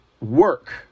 work